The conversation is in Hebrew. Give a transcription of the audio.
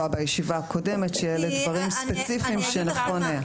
ואלו דברים ספציפיים שנכון היה.